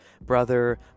brother